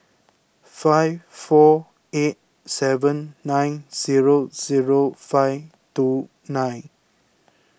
five four eight seven nine zero zero five two nine